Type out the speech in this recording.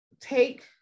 take